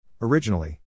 Originally